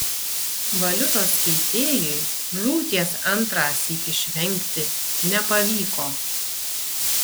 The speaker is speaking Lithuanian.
valiutos keitėjui žūties antrąsyk išvengti nepavyko